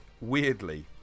weirdly